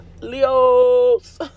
Leos